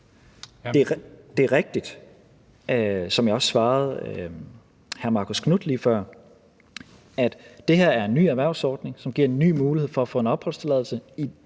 Det er rigtigt, som jeg også svarede hr. Marcus Knuth lige før, at det her er en ny erhvervsordning, som giver en ny mulighed for at få en opholdstilladelse,